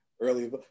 early